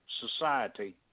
society